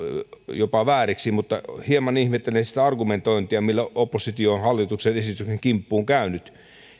jopa vääriksi mutta hieman ihmettelen sitä argumentointia millä oppositio on hallituksen esityksen kimppuun käynyt